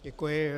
Děkuji.